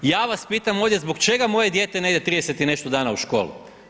Ja vas pitam ovdje zbog čega moje dijete ne ide 30 i nešto dana u školu?